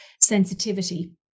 sensitivity